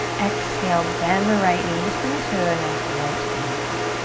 exhale, bend the right knee. just bring it to a nice right angle.